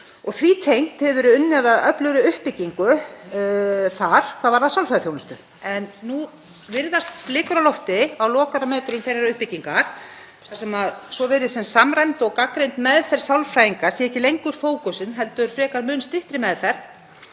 Því tengt hefur verið unnið að öflugri uppbyggingu þar hvað varðar sálfræðiþjónustu en nú virðast blikur á lofti á lokametrum þeirrar uppbyggingar þar sem svo virðist sem samræmd og gagnreynd meðferð sálfræðinga sé ekki lengur fókusinn heldur frekar mun styttri meðferð